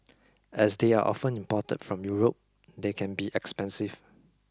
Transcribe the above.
as they are often imported from Europe they can be expensive